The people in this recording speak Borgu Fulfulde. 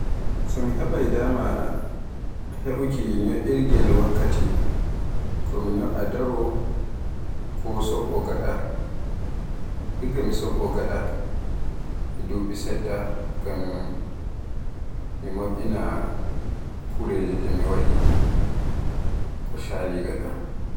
So mi heɓaay dama heɓuki nyo'irge wakkati, ko mi nyo'a daaro ko so'o gaɗa. Igga mi so'o gaɗa e duɓi seɗɗa. Ngam mi mo'ina kureji di mi waɗa ko caali gaɗa.